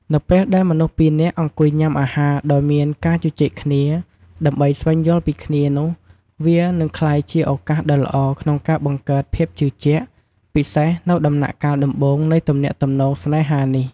នៅពេលដែលមនុស្សពីរនាក់អង្គុយញ៉ាំអាហារដោយមានការជជែកគ្នា ដើម្បីស្វែងយល់ពីគ្នានោះវានឹងក្លាយជាឱកាសដ៏ល្អក្នុងការបង្កើតភាពជឿជាក់ ពិសេសនៅដំណាក់កាលដំបូងនៃទំនាក់ទំនងស្នេហានេះ។